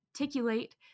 articulate